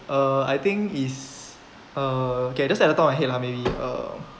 uh I think is uh okay just at the top of my head lah maybe uh